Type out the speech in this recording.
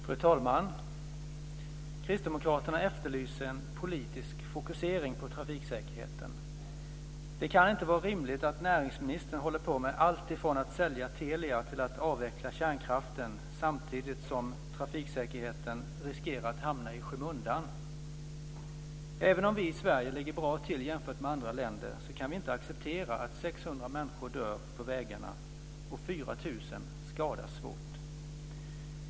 Fru talman! Kristdemokraterna efterlyser en politisk fokusering på trafiksäkerheten. Det kan inte vara rimligt att näringsministern håller på med allt ifrån att sälja Telia till att avveckla kärnkraften samtidigt som trafiksäkerheten riskerar att hamna i skymundan. Även om vi i Sverige ligger bra till jämfört med andra länder kan vi inte acceptera att 600 människor dör på vägarna och 4 000 skadas svårt.